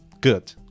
good